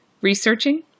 Researching